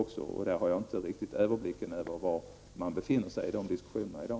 Men jag har inte en riktig överblick över var man befinner sig i den diskussionen i dag.